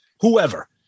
whoever